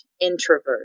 introvert